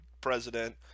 president